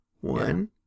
One